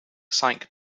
sank